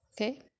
okay